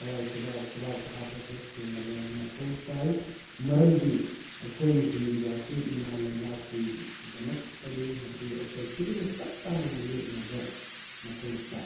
ꯊꯋꯥꯏ ꯈꯨꯕꯥꯛꯇ ꯍꯥꯞꯄꯒ ꯊꯦꯡꯅꯕ ꯃꯊꯧ ꯇꯥꯏ ꯃꯔꯝꯗꯤ ꯑꯩꯈꯣꯏꯅ ꯍꯤꯡꯂꯤꯕ ꯑꯁꯤ ꯏꯃꯥ ꯂꯩꯕꯥꯛꯀꯤꯗꯃꯛꯇꯅꯤ ꯑꯁꯤ ꯑꯩꯈꯣꯏ ꯈꯨꯗꯤꯡꯃꯛ ꯆꯞ ꯆꯥꯅ ꯃꯥꯏꯌꯣꯛꯅꯕ ꯃꯊꯧ ꯇꯥꯏ